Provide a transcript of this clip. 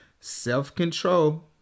self-control